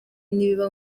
nibiba